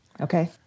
Okay